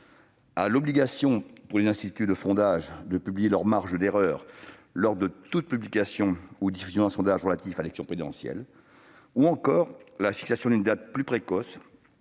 ; obligation pour les instituts de sondage de publier leurs marges d'erreur lors de toute publication ou diffusion d'un sondage relatif à l'élection présidentielle ; fixation d'une date plus précoce